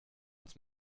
uns